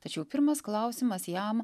tačiau pirmas klausimas jam